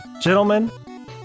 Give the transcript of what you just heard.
Gentlemen